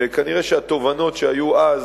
וכנראה התובנות שהיו אז